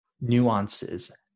nuances